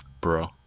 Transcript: Bro